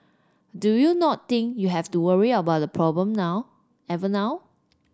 do you not think you have to worry about the problem now every now